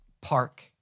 park